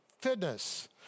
fitness